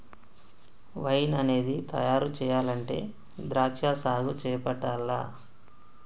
wine అనేది తయారు చెయ్యాలంటే ద్రాక్షా సాగు చేపట్టాల్ల